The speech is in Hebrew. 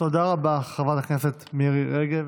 תודה רבה, חברת הכנסת מירי רגב.